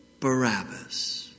Barabbas